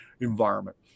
environment